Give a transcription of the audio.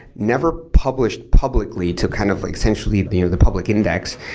never published publicly to kind of essentially the you know the public index,